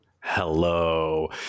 Hello